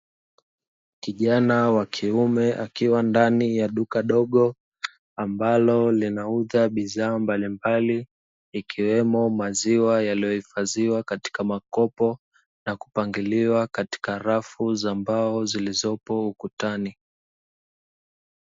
Kijana wa kiume akiwa ndani ya duka dogo ambalo linauza bidhaa mbalimbali, ikiwemo maziwa yaliyohifadhiwa katika makopo na kupangiliwa katika rafu za mbao zilizopo ukutani.